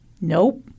Nope